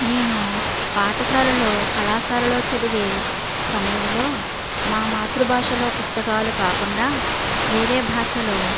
నేను పాఠశాలలో కళాశాలలో చదివే సమయంలో మా మాత్రుభాషలో పుస్తకాలు కాకుండా వేరే భాషలో